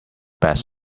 best